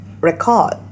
record